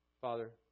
Father